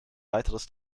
weiteres